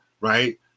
right